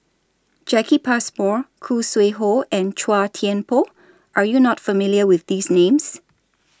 Jacki Passmore Khoo Sui Hoe and Chua Thian Poh Are YOU not familiar with These Names